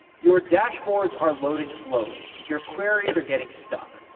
your dashboards are loading slowly, your queries are getting stuck,